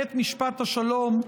בית משפט השלום,